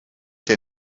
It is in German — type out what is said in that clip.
der